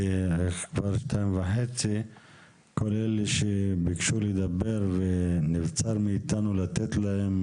כבר 14:30. כל אלה שביקשו לדבר ונבצר מאתנו לתת להם,